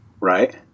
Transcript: Right